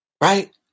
Right